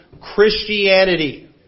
Christianity